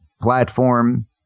platform